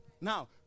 Now